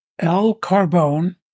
lcarbone